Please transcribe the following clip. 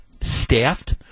staffed